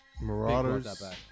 Marauders